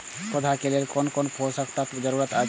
पौधा के लेल कोन कोन पोषक तत्व के जरूरत अइछ?